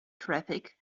traffic